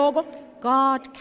God